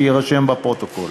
שיירשם בפרוטוקול.